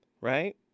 right